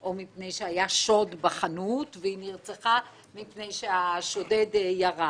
או מפני שהיה שוד בחנות והיא נרצחה מפני שהשודד ירה,